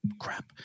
crap